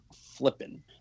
flipping